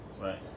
Right